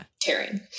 tearing